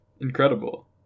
Incredible